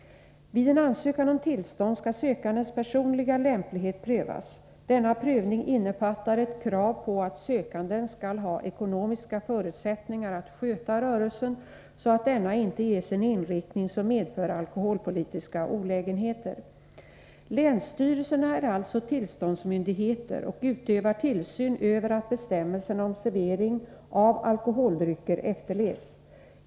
Vid en ansökan om tillstånd skall sökandens personliga lämplighet prövas. Denna prövning innefattar ett krav på att sökanden skall ha ekonomiska förutsättningar att sköta rörelsen, så att denna inte ges en inriktning som medför alkoholpolitiska olägenheter. Länsstyrelserna är alltså tillståndsmyndigheter och utövar tillsyn över att bestämmelserna om servering av alkoholdrycker efterlevs.